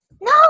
no